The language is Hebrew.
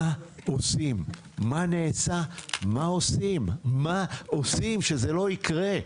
מה נעשה ומה עושים שזה לא יקרה?